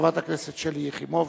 חברת הכנסת שלי יחימוביץ,